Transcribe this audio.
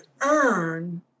earn